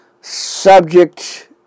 subject